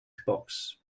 xbox